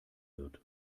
wird